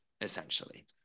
essentially